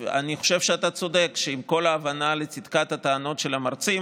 אני חושב שאתה צודק שעם כל ההבנה לצדקת הטענות של המרצים,